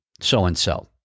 so-and-so